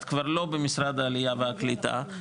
את כבר לא במשרד העלייה והקליטה,